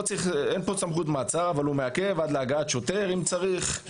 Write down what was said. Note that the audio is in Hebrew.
אין פה סמכות מעצר אבל הוא מעכב עד להגעת שוטר אם צריך.